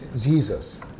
Jesus